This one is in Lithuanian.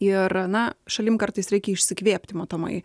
ir na šalim kartais reikia išsikvėpti matomai